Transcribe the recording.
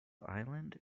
island